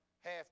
half